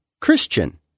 Christian